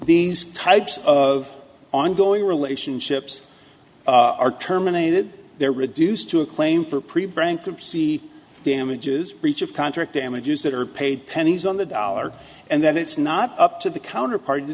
these types of ongoing relationships are terminated they're reduced to a claim for pre bankruptcy damages breach of contract damages that are paid pennies on the dollar and then it's not up to the counter party to